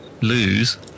lose